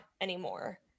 anymore